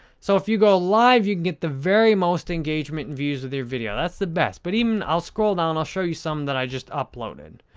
so, if you go live, you can get the very most engagement views with your video. that's the best. but, even, i'll scroll down. i'll show you some that i just uploaded.